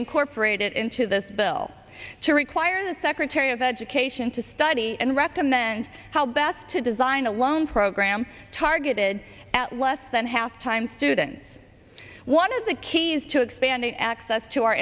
incorporated into this bill to require the secretary of education to study and recommend how best to design a loan program targeted at less than half time students one of the keys to expanding access to our